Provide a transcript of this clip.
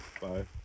bye